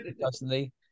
personally